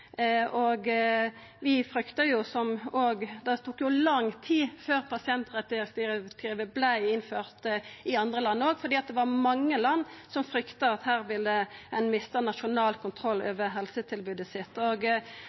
Det tok jo også lang tid før pasientrettsdirektivet vart innført i andre land, for det var mange land som frykta at ein her ville mista nasjonal kontroll over helsetilbodet sitt.